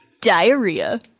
Diarrhea